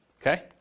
okay